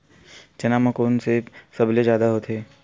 चना म कोन से सबले जादा होथे?